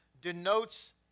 denotes